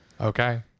okay